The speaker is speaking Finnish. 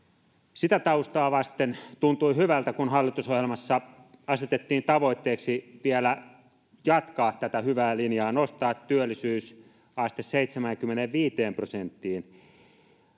sitä taustaa vasten tuntui hyvältä kun hallitusohjelmassa asetettiin tavoitteeksi vielä jatkaa tätä hyvää linjaa ja nostaa työllisyysaste seitsemäänkymmeneenviiteen prosenttiin